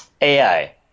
AI